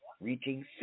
reaching